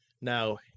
now